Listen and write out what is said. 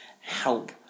help